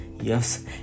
Yes